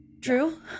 True